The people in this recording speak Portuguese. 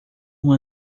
uma